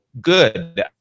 good